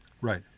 right